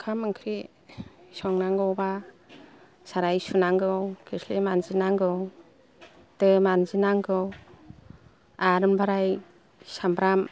ओंखाम ओंख्रि संनांगौबा साराइ सुनांगौ खोस्लि मानजिनांगौ दो मानजिनांगौ आर ओमफ्राय सामब्राम